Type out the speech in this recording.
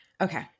Okay